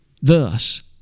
Thus